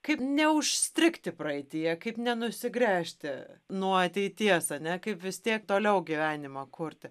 kaip neužstrigti praeityje kaip nenusigręžti nuo ateities ane kaip vis tiek toliau gyvenimą kurti